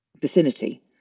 vicinity